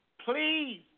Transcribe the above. please